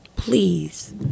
Please